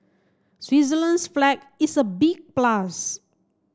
Switzerland's flag is a big plus